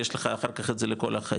יש לך את זה אחר כך לכל החיים,